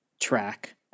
track